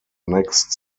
next